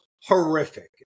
horrific